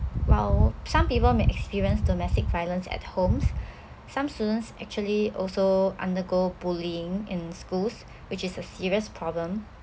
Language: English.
while some people may experience domestic violence at homes some students actually also undergo bullying in schools which is a serious problem